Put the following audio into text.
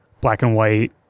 black-and-white